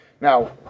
Now